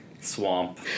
swamp